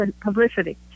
publicity